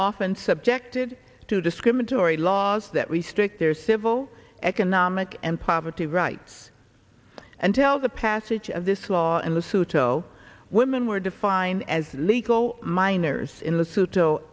often subjected to discriminatory laws that restrict their civil economic and poverty rights and tell the passage of this law and the pseudo women were defined as legal minors in the suit though